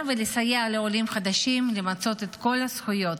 ולסייע לעולים חדשים למצות את כל הזכויות,